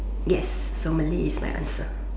yes so Malay is my answer